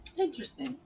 Interesting